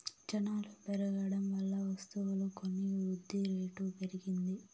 జనాలు పెరగడం వల్ల వస్తువులు కొని వృద్ధిరేటు పెరిగింది